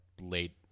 late